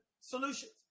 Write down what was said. solutions